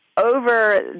Over